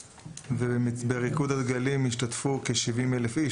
בריקוד הדגלים השתתפו כ-70,000 אנשים,